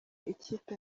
ikipe